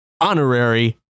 honorary